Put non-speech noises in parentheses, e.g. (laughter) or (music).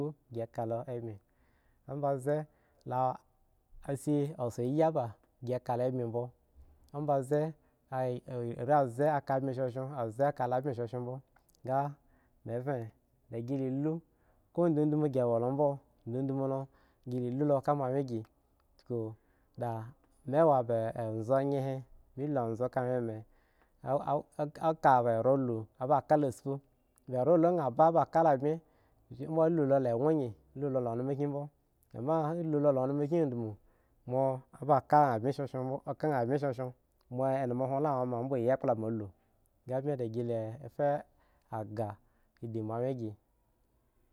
(unintelligible) ka ari amba bze a shi asoyi ba gi ka lo bmi bmo mbze are abze a ka bmo sosho abze ka lo bme sosho bmo (unintelligible) mi ve a gi le lu ko dodomo gi lo bmo dodomo lo gi lu ka moan ungenabi awo ba amo aye he mi lo anzo ka wyen mi a a a a ka ba ero lu a kk lo spo era la le bmi kushi a lu lo eggon gi lu lo elme kye bmo a lode elema ta dodoma ba k lo spo band mo elumo la wo ne ma ka llo sme akpla ba lu ga gi fa aga yen moanugen gi.